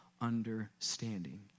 understanding